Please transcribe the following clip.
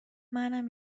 منم